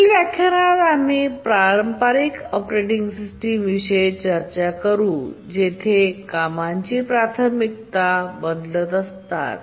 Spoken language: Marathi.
पुढच्या व्याख्यानात आम्ही पारंपारिक ऑपरेटिंग सिस्टम विषयी चर्चा करूया जेथे ते कामांची प्राथमिकता बदलत असतात